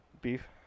Beef